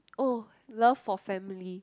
oh love for family